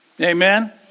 Amen